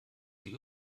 die